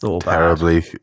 terribly